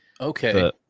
Okay